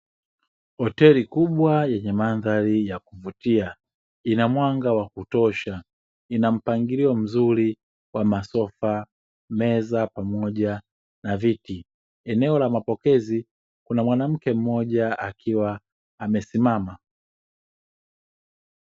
Hoteli kubwa yenye madhari ya kuvutia, inamwanga wa kutosha inampangilio mzuri wa masofa, meza pamoja na viti, eneo la mapokezi kuna mwanamke mmoja akiwa amesimama.